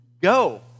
go